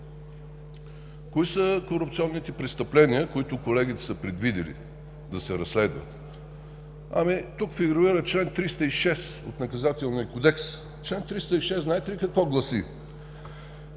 Кои са корупционните престъпления, които колегите са предвидили да се разследват? Тук фигурира чл. 306 от Наказателния кодекс. Член 306 знаете ли какво гласи?